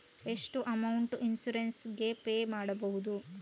ಎಷ್ಟು amount insurance ಗೇ pay ಮಾಡುವುದು?